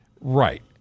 Right